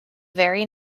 very